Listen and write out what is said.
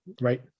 right